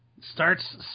starts